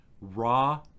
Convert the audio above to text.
raw